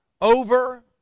over